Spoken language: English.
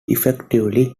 effectively